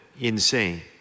insane